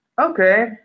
okay